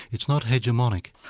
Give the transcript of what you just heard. it's not hegemonic.